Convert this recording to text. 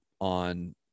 on